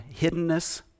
hiddenness